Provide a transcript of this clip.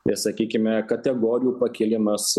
sakykime kategorijų pakėlimas